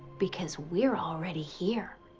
because we're already here